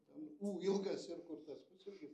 ten ū ilgas ir kur tas pusilgis